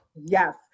Yes